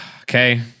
Okay